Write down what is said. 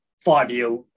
five-year